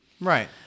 Right